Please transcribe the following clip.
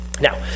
now